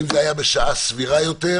אם זה היה בשעה סבירה יותר,